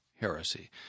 heresy